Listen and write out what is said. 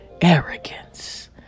Arrogance